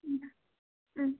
ഉം ഉം